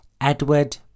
Edward